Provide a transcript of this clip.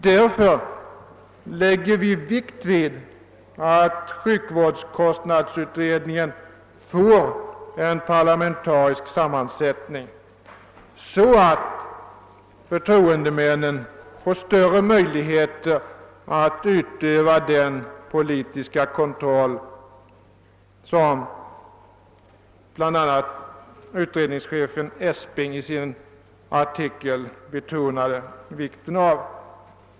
Därför lägger vi vikt vid att sjukvårdskostnadsutredningen får en parlamentarisk sammansättning, så att förtroendemännen får större möjligheter att utöva den politiska kontroll, som bl.a. utredningschefen Esping i sin artikel betonade vikten av.